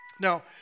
Now